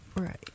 Right